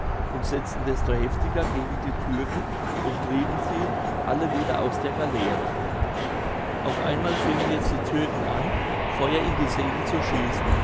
und setzten desto heftiger gegen die türken und trieben sie alle wieder aus der galeere auf einmal fingen jetzt die türken an feuer in die segel zu schießen